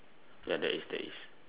ya there is there is